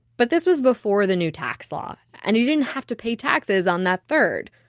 but this was before the new tax law, and he didn't have to pay taxes on that third.